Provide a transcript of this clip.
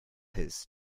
his